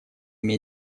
ими